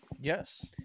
Yes